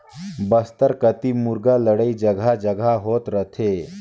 बस्तर कति मुरगा लड़ई जघा जघा होत रथे